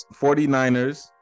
49ers